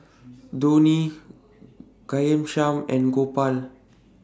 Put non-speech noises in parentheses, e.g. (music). Dhoni (noise) Ghanshyam and Gopal